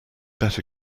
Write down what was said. better